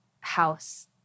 house